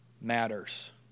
matters